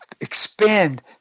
expand